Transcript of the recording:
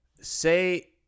say